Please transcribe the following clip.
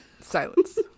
Silence